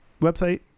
Website